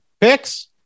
Picks